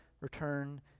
return